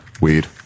Weed